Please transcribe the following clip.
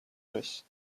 nicht